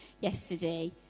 yesterday